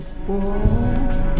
Whoa